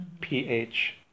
P-H